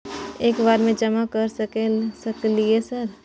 एक बार में जमा कर सके सकलियै सर?